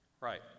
Right